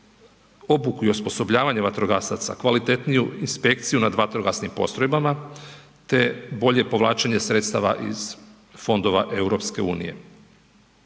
obuku i osposobljavanje vatrogasaca, kvalitetniju inspekciju nad vatrogasnim postrojbama, te bolje povlačenje sredstava iz Fondova EU.